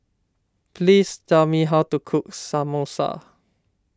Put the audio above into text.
please tell me how to cook Samosa